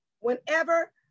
Whenever